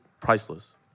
priceless